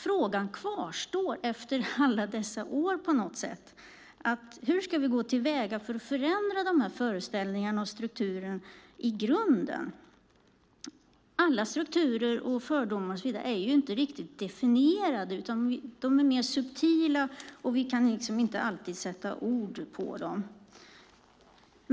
Frågan kvarstår efter alla dessa år: Hur ska vi gå till väga för att förändra föreställningarna och strukturerna i grunden? Alla strukturer och fördomar är inte riktigt definierade. De är subtila, och vi kan inte alltid sätta ord på dem.